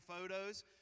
photos